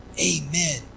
Amen